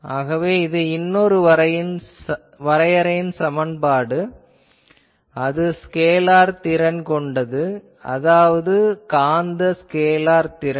ஆகவே இது இன்னொரு வரையறையின் சமன்பாடு அது ஸ்கேலார் திறன் கொண்டது அதாவது காந்த ஸ்கேலார் திறன்